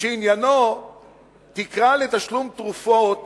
שעניינו תקרה לתשלום תרופות